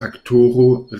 aktoro